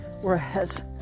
Whereas